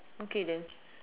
okay then